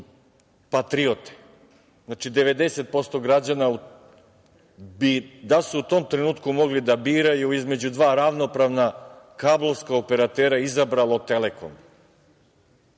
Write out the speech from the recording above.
patriote, znači 90% građana bi da su u tom trenutku mogli da biraju između dva ravnopravna kablovska operatera, izabralo „Telekom“,